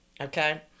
okay